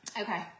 Okay